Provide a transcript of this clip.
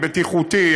הבטיחותי,